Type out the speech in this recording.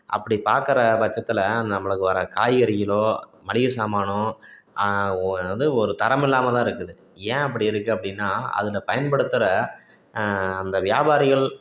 அப்படி பார்க்கற பட்சத்தில் நம்பளுக்கு வர காய்கறிகளோ மளிகை சாமானோ வந்து ஒரு தரம் இல்லாமல்தான் இருக்குது ஏன் அப்படி இருக்குது அப்படின்னா அதில் பயன்படுத்துகிற அந்த வியாபாரிகள்